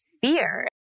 fear